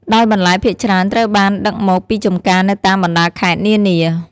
ដោយបន្លែភាគច្រើនត្រូវបានដឹកមកពីចំការនៅតាមបណ្តាខេត្តនានា។